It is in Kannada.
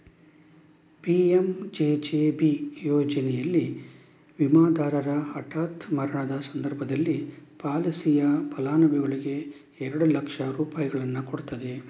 ಪಿ.ಎಂ.ಜೆ.ಜೆ.ಬಿ ಯೋಜನೆನಲ್ಲಿ ವಿಮಾದಾರರ ಹಠಾತ್ ಮರಣದ ಸಂದರ್ಭದಲ್ಲಿ ಪಾಲಿಸಿಯ ಫಲಾನುಭವಿಗೆ ಎರಡು ಲಕ್ಷ ರೂಪಾಯಿಯನ್ನ ಕೊಡ್ತದೆ